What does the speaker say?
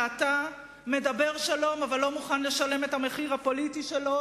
ואתה מדבר על שלום אבל לא מוכן לשלם את המחיר הפוליטי שלו,